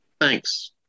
Thanks